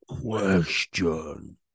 question